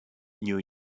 new